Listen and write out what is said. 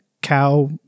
cow